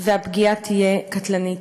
והפגיעה תהיה קטלנית.